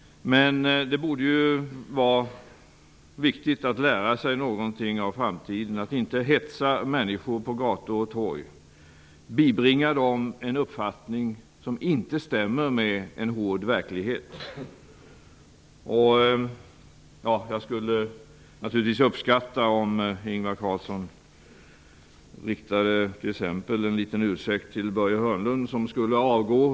Det borde ju vara viktigt att lära sig något för framtiden. Man skall inte hetsa människor på gator och torg och bibringa dem en uppfattning som inte stämmer med en hård verklighet. Jag skulle naturligtvis uppskatta om Ingvar Carlsson riktade en liten ursäkt till Börje Hörnlund som han ansåg borde avgå.